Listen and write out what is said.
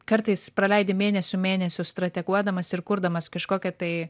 kartais praleidi mėnesių mėnesius strateguodamas ir kurdamas kažkokią tai